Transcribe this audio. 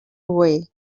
away